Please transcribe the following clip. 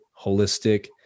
holistic